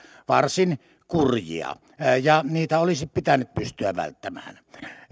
varsin kurjia ja niitä olisi pitänyt pystyä välttämään